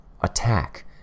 Attack